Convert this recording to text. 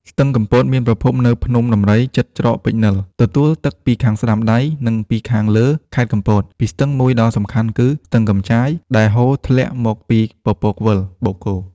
ស្ទឹងកំពត មានប្រភពនៅភ្នំដំរីជិតច្រកពេជ្រនិល ទទួលទឹកពីខាងស្តាំដៃ និងពីខាងលើខេត្តកំពតពីស្ទឹងមួយដ៏សំខាន់គឺ ស្ទឹងកំចាយ ដែលហូរធ្លាក់មកពីពពកវិល (បូកគោ)។